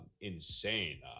insane